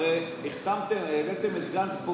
הרי הבאתם את גנץ פה,